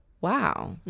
wow